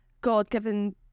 God-given